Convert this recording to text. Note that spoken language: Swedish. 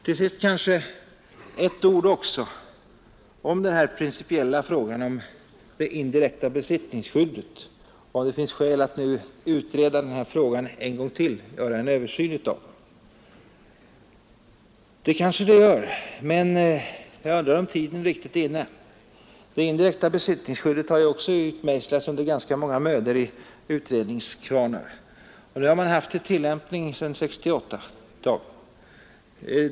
Till sist också några ord om den principiella frågan om det indirekta besittningsskyddet — om det finns skäl att utreda den frågan en gång till. Det kanske det gör, men jag undrar om tiden riktigt är inne. Det indirekta besittningsskyddet har ju utmejslats under ganska många mödor i utredningskvarnar, och man har haft det i tillämpning sedan 1968.